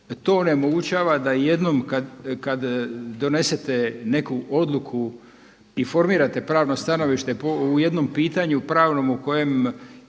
To onemogućava da jednom kad donesete neku odluku i formirate pravno stanovište u jednom pitanju pravnom u kojem